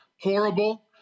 horrible